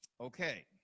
Okay